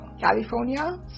California